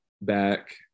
back